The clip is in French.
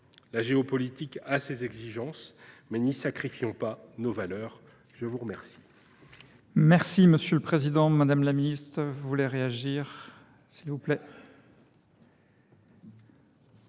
La géopolitique a ses exigences, mais n’y sacrifions pas nos valeurs ! La parole